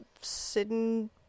sitting